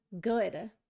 good